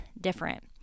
different